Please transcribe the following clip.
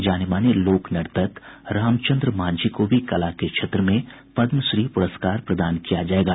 जाने माने लोक नर्तक रामचन्द्र मांझी को भी कला के क्षेत्र में पदमश्री प्रस्कार प्रदान किया जायेगा